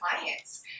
clients